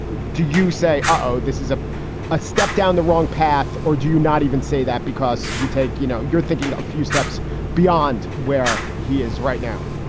do you say, oh, this is ah a step down the wrong path or do you not even say that because you take you know, you're thinking a few steps beyond where he is right now?